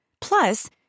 Plus